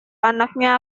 anaknya